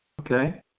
Okay